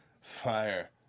fire